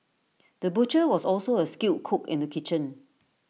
the butcher was also A skilled cook in the kitchen